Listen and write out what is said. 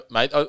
Mate